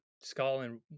Scotland